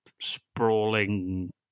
sprawling